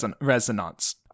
resonance